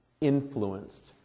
influenced